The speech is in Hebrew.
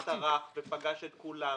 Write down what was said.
השר טרח ופגש את כולם,